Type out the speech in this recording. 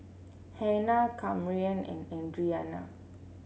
Hanna Camryn and Adriana